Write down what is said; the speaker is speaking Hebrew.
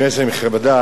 כנסת נכבדה,